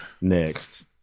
Next